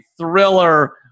thriller